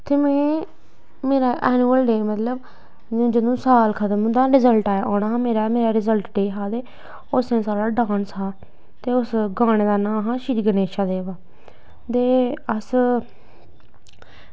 इत्थें में मेरा एनूअल डे मतलब जदूं साल खतम होंदा रिजल्ट औना हा मेरा रजल्ट डे हा उस दिन मेरा डांस हा ते उस गाने दा नांऽ ही श्रीगणेशा देवा ते अस